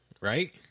Right